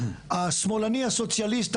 השמאלני הסוציאליסט,